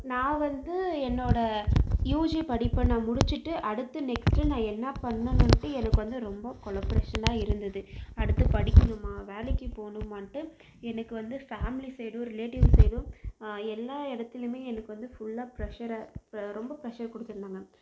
நான் வந்து என்னோடய யூஜி படிப்பை நான் முடித்துட்டு அடுத்து நெக்ஸ்டு நான் என்னப் பண்ணணும்ட்டு எனக்கு ரொம்ப கொலாபிரேஷனாக இருந்தது அடுத்து படிக்கவேணுமா வேலைக்கு போகணுமான்ட்டு எனக்கு வந்து ஃபேமிலி சைடும் ரிலேட்டிவ் சைடும் எல்லாம் இடத்துலயுமே எனக்கு வந்து ஃபுல்லாக ப்ரஷராக ரொம்ப ப்ரஷர் கொடுத்துருந்தாங்க